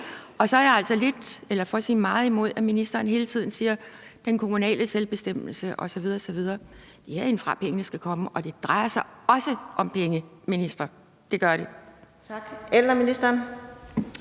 Så er jeg altså meget imod, at ministeren hele tiden siger »den kommunale selvbestemmelse« osv. osv. Det er herindefra, pengene skal komme, og det drejer sig også om penge, minister – det gør det! Kl. 15:01 Fjerde